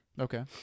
Okay